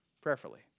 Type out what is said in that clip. prayerfully